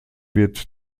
wird